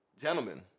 gentlemen